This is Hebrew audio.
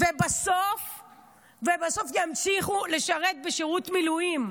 ובסוף הם ימשיכו לשרת בשירות מילואים.